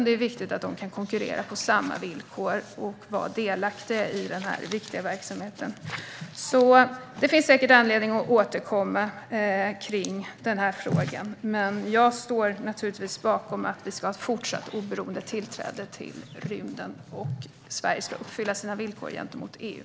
Det är viktigt att de kan konkurrera på samma villkor och vara delaktiga i denna viktiga verksamhet. Det finns säkert anledning att återkomma till denna fråga. Jag står naturligtvis bakom att vi även fortsättningsvis ska ha ett oberoende tillträde till rymden och att Sverige ska uppfylla sina åtaganden gentemot EU.